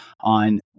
on